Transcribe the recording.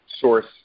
source